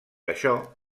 això